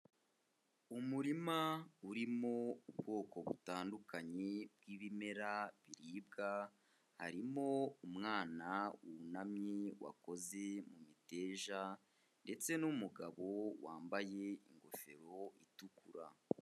Umurima urimo ubwoko butandukanye bw'ibimera biribwa, harimo umwana wunamye wakoze mu miteja ndetse n'umugabo wambaye ingofero itukura.